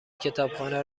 کتابخانه